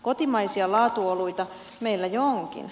kotimaisia laatuoluita meillä jo onkin